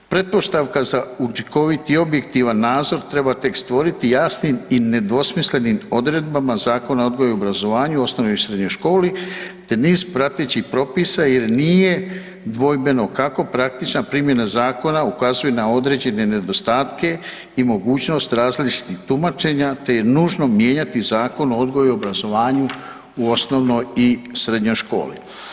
Pretpostavka za učinkovit i objektivan nadzor treba tek stvoriti jasnim i nedvosmislenim odredbama Zakona o odgoju i obrazovanju u osnovnoj i srednjoj školi, te niz pratećih propisa jer nije dvojbeno kako praktična primjena zakona ukazuje na određene nedostatke i mogućnost različitih tumačenja, te je nužno mijenjati Zakon o odgoju i obrazovanju u osnovnoj i srednjoj školi.